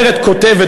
כותבת,